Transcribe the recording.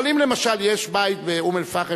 אבל אם למשל יש בית באום-אל-פחם,